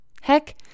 Heck